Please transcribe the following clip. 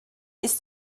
ist